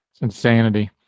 Insanity